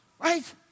Right